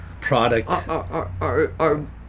product